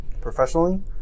Professionally